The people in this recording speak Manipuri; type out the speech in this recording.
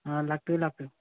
ꯑꯥ ꯂꯥꯛꯄꯤꯌꯨ ꯂꯥꯛꯄꯤꯌꯨ